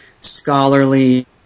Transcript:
scholarly